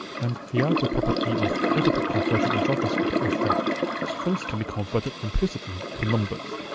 and the other property of data type conversion in javascript is that strings can be converted implicitly to numbers.